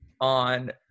on